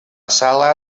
sala